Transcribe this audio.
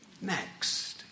next